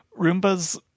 roombas